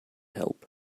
help